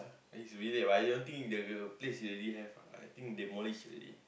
is village but I don't think the the place already have ah I think demolished already